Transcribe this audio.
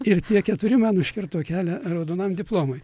ir tie keturi man užkirto kelią raudonam diplomui